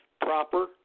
proper